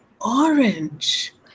orange